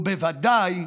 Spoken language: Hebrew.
ובוודאי